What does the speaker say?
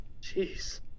Jeez